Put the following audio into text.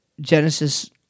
Genesis